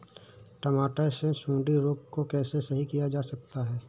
टमाटर से सुंडी रोग को कैसे सही किया जा सकता है?